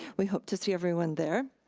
we hope to see everyone there.